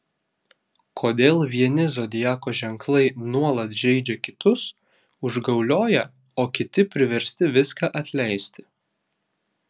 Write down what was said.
kodėl vieni zodiako ženklai nuolat žeidžia kitus užgaulioja o kiti priversti viską atleisti